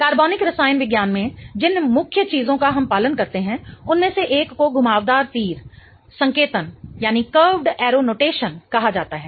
कार्बनिक रसायन विज्ञान में जिन मुख्य चीजों का हम पालन करते हैं उनमें से एक को घुमावदार तीर संकेतन कहा जाता है